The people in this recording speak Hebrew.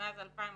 מאז 2018